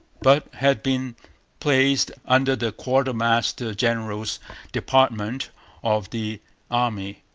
but had been placed under the quartermaster-general's department of the army,